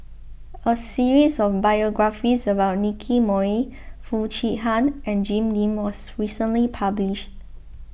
a series of Biographies about Nicky Moey Foo Chee Han and Jim Lim was recently published